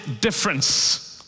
difference